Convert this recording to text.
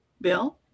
Bill